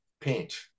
paint